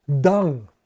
dung